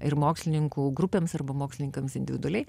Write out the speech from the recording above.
ir mokslininkų grupėms arba mokslininkams individualiai